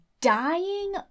dying